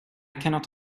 cannot